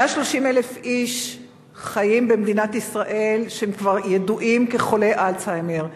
במדינת ישראל חיים 130,000 איש שכבר ידועים כחולי אלצהיימר,